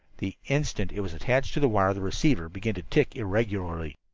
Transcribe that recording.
the instant it was attached to the wire the receiver began to tick irregularly.